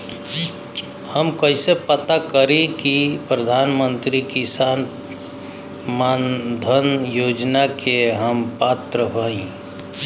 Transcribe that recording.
हम कइसे पता करी कि प्रधान मंत्री किसान मानधन योजना के हम पात्र हई?